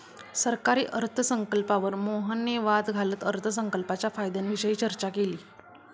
सरकारी अर्थसंकल्पावर मोहनने वाद घालत अर्थसंकल्पाच्या फायद्यांविषयी चर्चा केली